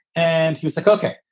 and he was like, ok,